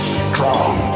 strong